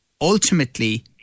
ultimately